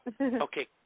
Okay